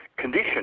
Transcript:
condition